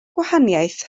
gwahaniaeth